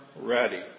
ready